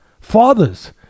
Fathers